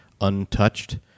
untouched